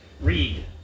Read